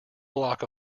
block